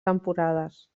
temporades